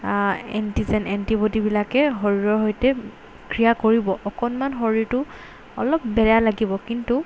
antigen এণ্টিবদিবিলাকে শৰীৰৰ সৈতে ক্ৰিয়া কৰিব অকণমান শৰীৰটো অলপ বেয়া লাগিব কিন্তু